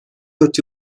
dört